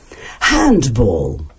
handball